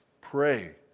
Pray